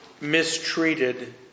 mistreated